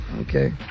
okay